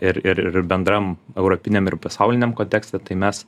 ir ir ir ir bendram europiniam ir pasauliniam kontekste tai mes